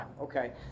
Okay